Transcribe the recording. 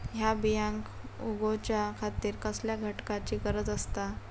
हया बियांक उगौच्या खातिर कसल्या घटकांची गरज आसता?